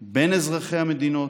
בין אזרחי המדינות,